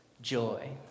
joy